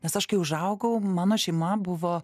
nes aš kai užaugau mano šeima buvo